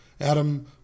Adam